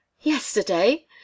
Yesterday